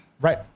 Right